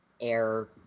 air